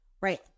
right